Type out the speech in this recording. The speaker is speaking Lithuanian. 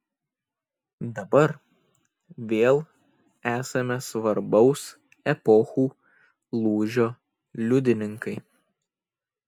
dabar vėl esame svarbaus epochų lūžio liudininkai